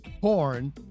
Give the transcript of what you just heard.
porn